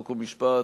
חוק ומשפט,